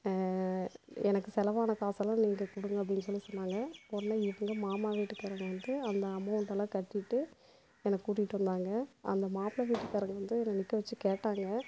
எனக்கு செலவான காசெல்லாம் நீங்கள் கொடுங்க அப்படின் சொல்லி சொன்னாங்க உடனே எங்கள் மாமா வீட்டுக்காரங்க வந்து அந்த அமௌண்ட் எல்லாம் கட்டிகிட்டு என்ன கூட்டிகிட்டு வந்தாங்க அந்த மாப்பிள வீட்டு காரங்க வந்து என்ன நிற்க வச்சு கேட்டாங்க